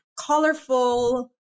colorful